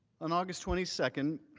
on august twenty second,